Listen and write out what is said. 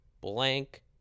blank